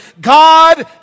God